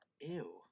Ew